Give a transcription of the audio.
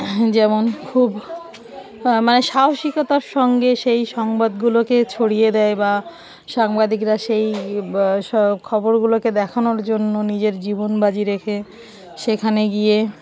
যেমন খুব মানে সাহসিকতার সঙ্গে সেই সংবাদগুলোকে ছড়িয়ে দেয় বা সাংবাদিকরা সেই খবরগুলোকে দেখানোর জন্য নিজের জীবন বাজি রেখে সেখানে গিয়ে